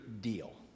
deal